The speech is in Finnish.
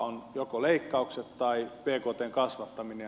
on joko leikkaukset tai bktn kasvattaminen